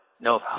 No